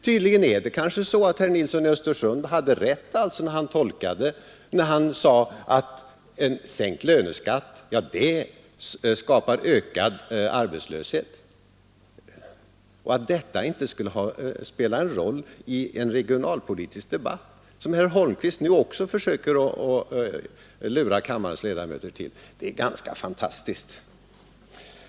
Herr Nilsson i Östersund hade kanske rätt — enligt socialdemokratisk syn — när han sade att en sänkt löneskatt skapar ökad arbetslöshet. Att detta inte skulle spela någon roll i en regionalpolitisk debatt, som herr Holmqvist försöker lura kammarens ledamöter till, är ganska fantastiskt.